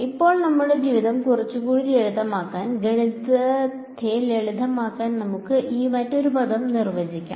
ഇപ്പോൾ നമ്മുടെ ജീവിതം കുറച്ചുകൂടി ലളിതമാക്കാൻ ഗണിതത്തെ ലളിതമാക്കാൻ നമുക്ക് ഇവിടെ മറ്റൊരു പദം നിർവചിക്കാം